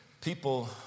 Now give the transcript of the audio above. People